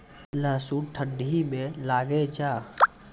लहसुन ठंडी मे लगे जा?